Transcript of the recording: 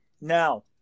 Now